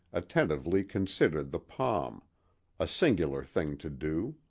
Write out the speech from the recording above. attentively considered the palm a singular thing to do.